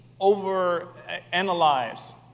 overanalyze